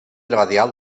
radial